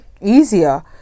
easier